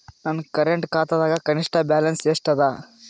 ನನ್ನ ಕರೆಂಟ್ ಖಾತಾದಾಗ ಕನಿಷ್ಠ ಬ್ಯಾಲೆನ್ಸ್ ಎಷ್ಟು ಅದ